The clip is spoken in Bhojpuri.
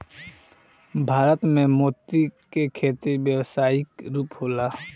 भारत में मोती के खेती व्यावसायिक रूप होला